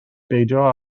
beidio